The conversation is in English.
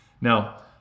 Now